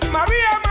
Maria